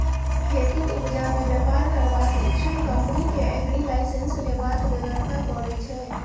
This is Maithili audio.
खेतीक उपजा मे बेपार करबाक इच्छुक कंपनी केँ एग्री लाइसेंस लेबाक बेगरता परय छै